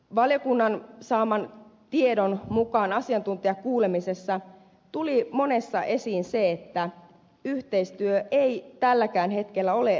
valiokunnan asiantuntijakuulemisessa saaman tiedon mukaan tuli monesti esiin se että yhteistyö ei tälläkään hetkellä ole riittävää